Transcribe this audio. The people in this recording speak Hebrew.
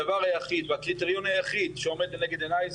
הדבר היחיד והקריטריון היחיד שעומד לנגד עיניי,